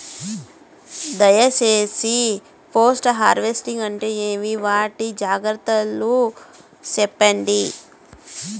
దయ సేసి post harvesting అంటే ఏంటి? వాటి జాగ్రత్తలు సెప్పండి?